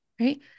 right